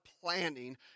planning